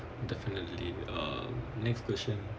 definitely uh next question